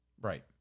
Right